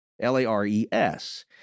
L-A-R-E-S